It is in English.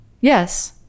yes